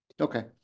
Okay